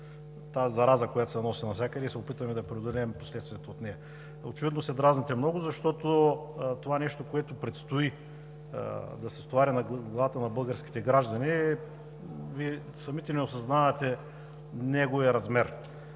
тази зараза, която се носи навсякъде и се опитваме да преодолеем последствията от нея. Очевидно се дразните много, защото това нещо, което предстои да се стовари на главата на българските граждани, Вие самите не осъзнавате неговия размер.